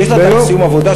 יש לך תאריך סיום עבודה,